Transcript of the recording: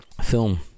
film